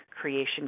creation